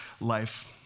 life